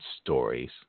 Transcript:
stories